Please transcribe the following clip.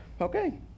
Okay